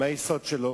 מהיסוד שלו,